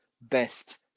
best